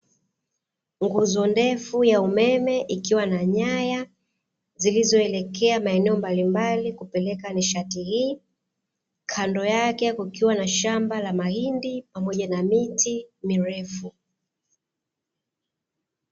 Nguzo ndefu ya umeme ikiwa na nyaya zilizoelekea maeneo mbalimbali kupeleka nishati hii. Kando yake kukiwa na shamba la mahindi pamoja na miti mirefu.